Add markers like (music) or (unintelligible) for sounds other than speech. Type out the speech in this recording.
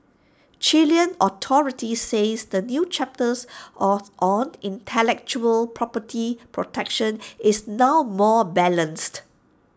Chilean authorities says the new chapters (unintelligible) on intellectual property protection is now more balanced